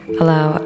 allow